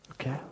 Okay